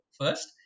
first